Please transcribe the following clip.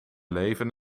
leven